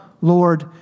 Lord